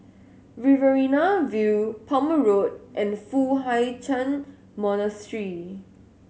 Riverina View Palmer Road and Foo Hai Ch'an Monastery